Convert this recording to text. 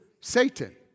Satan